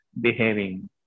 behaving